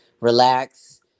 relax